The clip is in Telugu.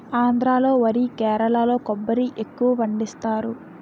ఆంధ్రా లో వరి కేరళలో కొబ్బరి ఎక్కువపండిస్తారు